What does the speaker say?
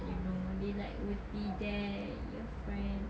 you know they like will be there your friend